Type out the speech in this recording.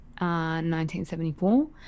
1974